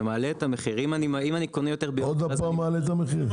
זה מעלה את המחיר --- עוד פעם מעלה את המחיר.